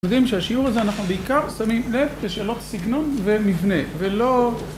אתם יודעים שהשיעור הזה אנחנו בעיקר שמים לב לשאלות סגנון ומבנה, ולא...